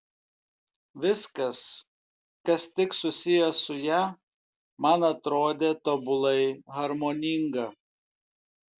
viskas kas tik susiję su ja man atrodė tobulai harmoninga